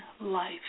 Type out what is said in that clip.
life